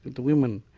the women,